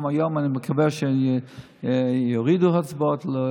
גם היום אני מקווה שיורידו הצבעות,